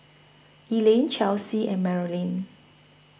Elaine Chelsey and Marolyn